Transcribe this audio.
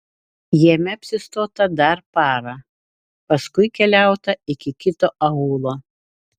jame apsistota dar parą paskui keliauta iki kito aūlo